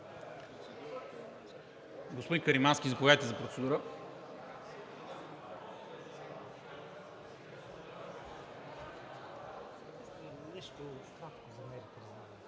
Господин Каримански, заповядайте за процедура.